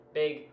big